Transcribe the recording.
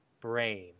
brain